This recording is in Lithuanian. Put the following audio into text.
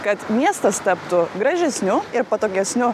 kad miestas taptų gražesniu ir patogesniu